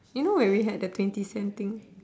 you know when we had the twenty cent thing